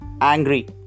angry